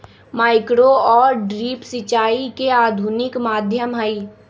micro और drip सिंचाई के आधुनिक माध्यम हई